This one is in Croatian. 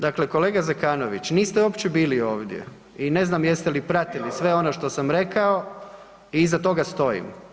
Dakle kolega Zekanović, niste uopće bili ovdje i ne znam jeste li pratili sve ono što sam rekao i iza toga stojim.